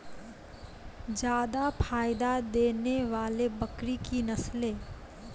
जादा फायदा देने वाले बकरी की नसले?